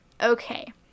Okay